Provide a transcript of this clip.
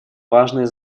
важное